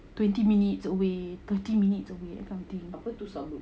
twenty minutes away thirty minute away that kind of thing